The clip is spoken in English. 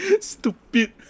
Stupid